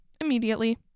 immediately